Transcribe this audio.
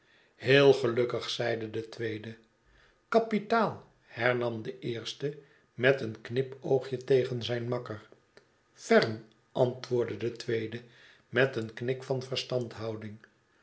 heel gelukkig zeide de tweede kapitaal f hernam de eerste met een knipoogje tegen zijn makker ferm antwoordde de tweede met een knik van verstandhouding